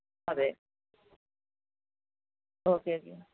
അതെ okay okay